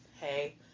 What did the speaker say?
hey